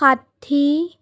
ষাঠি